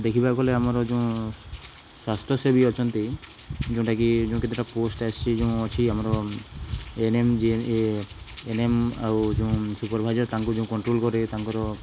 ଦେଖିବାକୁ ଗଲେ ଆମର ଯେଉଁ ସ୍ୱାସ୍ଥ୍ୟ ସେବୀ ଅଛନ୍ତି ଯେଉଁଟାକି ଯେଉଁ କେତେଟା ପୋଷ୍ଟ ଆସିଛି ଯେଉଁ ଅଛି ଆମର ଏନଏମଜେ ଏ ଏନ୍ ଏମ୍ ଆଉ ଯେଉଁ ସୁପରଭାଇଜର୍ ତାଙ୍କୁ ଯେଉଁ କଣ୍ଟ୍ରୋଲ୍ କରେ ତାଙ୍କର